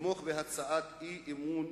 לתמוך בהצעת האי-אמון,